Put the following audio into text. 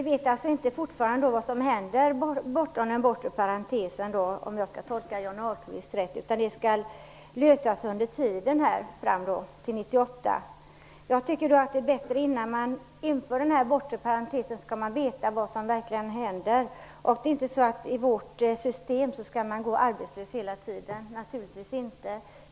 Herr talman! Man vet fortfarande inte vad som händer bortom den bortre parentesen, om jag tolkar Johnny Ahlqvist rätt, utan den frågan skall lösas under tiden fram till 1998. Jag tycker att man innan man inför den bortre parentesen skall veta vad som händer. Det är inte så att vårt system innebär att man skall gå arbetslös hela tiden, naturligtvis inte.